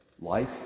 life